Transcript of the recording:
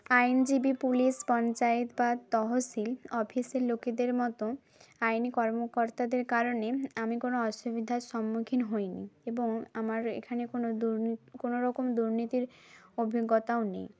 আইনজীবী পুলিশ পঞ্চায়েত বা তহশিল অফিসের লোকেদের মতো আইনি কর্মকর্তাদের কারণে আমি কোনো অসুবিধার সম্মুখীন হইনি এবং আমার এখানে কোনো দুর্নী কোনোরকম দুর্নীতির অভিজ্ঞতাও নেই